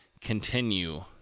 continue